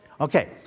Okay